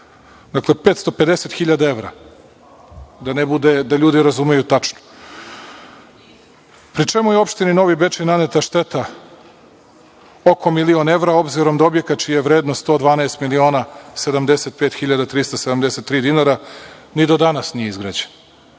Dakle, 550.000 evra, da ljudi razumeju tačno, pri čemu je opštini Novi Bečej naneta šteta oko milion evra, obzirom da objekat čija je vrednost 112.075.373 dinara ni do danas nije izgrađen.